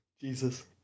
Jesus